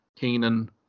Keenan